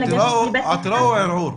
עתירה או ערעור?